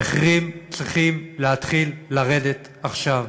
המחירים צריכים להתחיל לרדת עכשיו.